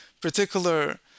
particular